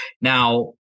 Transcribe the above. Now